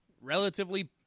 relatively